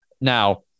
Now